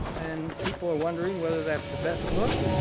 and people are wondering whether that's the best look,